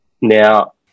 Now